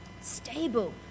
stable